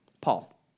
Paul